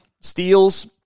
Steals